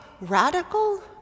radical